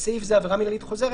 בסעיף זה עבירה מנהלית חוזרת,